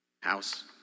house